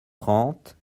trente